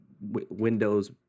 Windows